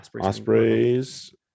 Ospreys